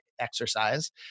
exercise